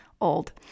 old